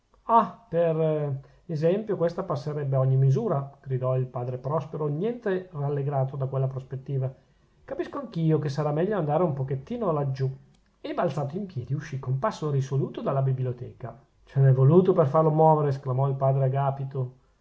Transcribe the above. per esempio questa passerebbe ogni misura gridò il padre prospero niente rallegrato da quella prospettiva capisco anch'io che sarà meglio andare un pochettino laggiù e balzato in piedi uscì con passo risoluto dalla biblioteca ce n'è voluto per farlo muovere esclamò il padre agapito